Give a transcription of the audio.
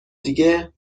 دیگه